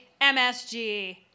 MSG